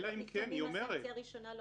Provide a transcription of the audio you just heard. לפעמים הסנקציה הראשונה לא